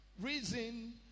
reason